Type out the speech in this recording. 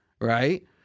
right